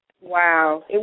Wow